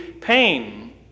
pain